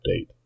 update